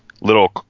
little